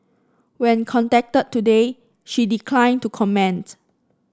when contacted today she declined to comment